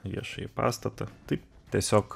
viešąjį pastatą tai tiesiog